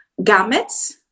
gametes